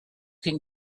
can